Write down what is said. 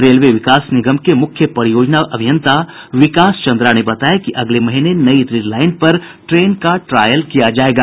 railway Vikas Nigam के मुख्य परियोजना अभियंता विकास चन्द्रा ने बताया कि अगले महीने नई रेल लाईन पर ट्रेन का ट्रायल किया जायेगा